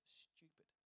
stupid